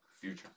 Future